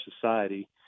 society